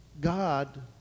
God